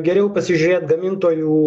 geriau pasižiūrėt gamintojų